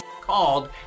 called